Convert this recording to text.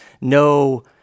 No